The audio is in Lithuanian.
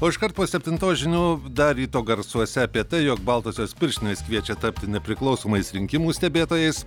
o iškart po septintos žinių dar ryto garsuose apie tai jog baltosios pirštinės kviečia tapti nepriklausomais rinkimų stebėtojais